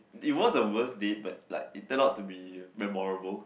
it was the worst date but like it turn out to be memorable